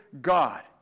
God